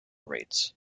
rates